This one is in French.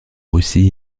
russie